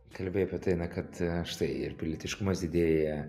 kalbi apie tai na kad štai ir pilietiškumas didėja